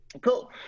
Cool